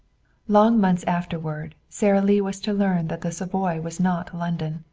long months afterward sara lee was to learn that the savoy was not london.